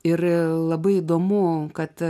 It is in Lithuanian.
ir labai įdomu kad